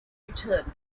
return